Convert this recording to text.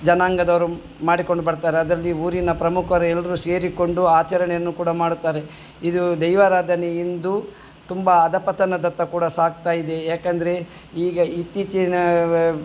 ಜನಾಂಗದವರು ಮಾಡಿಕೊಂಡು ಬರ್ತಾರೆ ಅದರಲ್ಲಿ ಊರಿನ ಪ್ರಮುಖರು ಎಲ್ಲರು ಸೇರಿಕೊಂಡು ಆಚರಣೆಯನ್ನು ಕೂಡ ಮಾಡುತ್ತಾರೆ ಇದು ದೈವಾರಾಧನೆ ಇಂದು ತುಂಬಾ ಅಧಃಪತನದತ್ತ ಕೂಡ ಸಾಗ್ತಾಯಿದೆ ಯಾಕೆಂದ್ರೆ ಈಗ ಇತ್ತೀಚಿನ